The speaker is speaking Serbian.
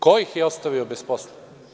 Ko ih je ostavio bez posla?